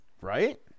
Right